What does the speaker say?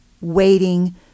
waiting